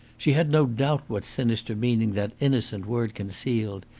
she had no doubt what sinister meaning that innocent word concealed.